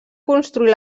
construir